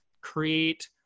create